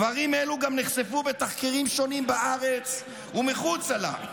דברים אלו גם נחשפו בתחקירים שונים בארץ ומחוצה לה.